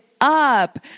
up